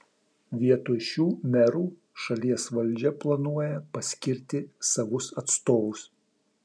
vietoj šių merų šalies valdžia planuoja paskirti savus atstovus